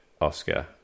Oscar